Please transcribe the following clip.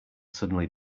suddenly